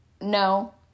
no